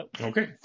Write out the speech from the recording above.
Okay